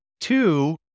two